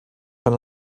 fan